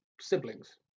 siblings